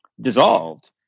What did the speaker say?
dissolved